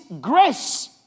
grace